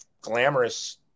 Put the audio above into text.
glamorous